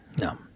No